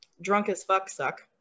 drunk-as-fuck-suck